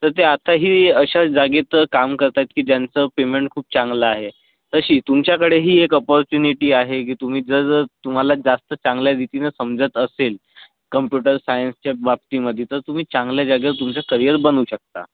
तर ते आत्ताही अशा जागेत काम करत आहेत की ज्यांचं पेमेंट खूप चांगलं आहे तशी तुमच्याकडेही एक अपोर्च्युनिटी आहे की तुम्ही जर तुम्हाला जास्त चांगल्या रीतीने समजत असेल कम्प्युटर सायन्सच्या बाबतीमध्ये तर तुम्ही चांगल्या जागेवर तुमचं करिअर बनवू शकता